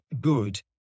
good